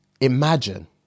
imagine